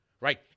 right